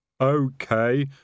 Okay